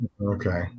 Okay